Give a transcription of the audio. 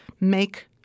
make